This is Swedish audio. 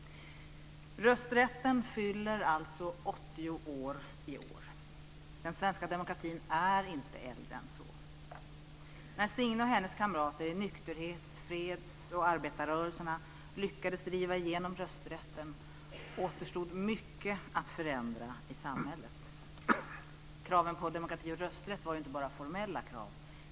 Rösträtten fyller alltså 80 år i år. Den svenska demokratin är inte äldre än så. När Signe och hennes kamrater i nykterhets-, freds och arbetarrörelserna lyckades driva igenom rösträtten återstod mycket att förändra i samhället. Kraven på demokrati och rösträtt var ju inte bara formella krav.